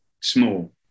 small